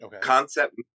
Concept